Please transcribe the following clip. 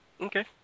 Okay